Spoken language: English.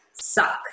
suck